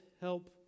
help